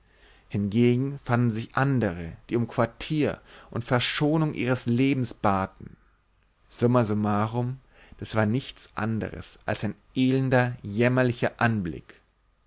hingegen fanden sich andere die um quartier und verschonung ihres lebens baten summa summarum das war nichts anders als ein elender jämmerlicher anblick